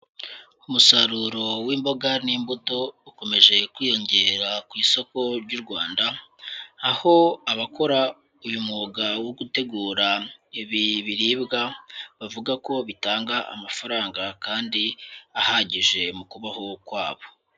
Umusaruro w'imboga n'imbuto ukomeje kwiyongera ku isoko ry'u Rwanda, aho abakora uyu mwuga wo gutegura ibi biribwa, bavuga ko bitanga amafaranga kandi ahagije mu kubaho kwabo.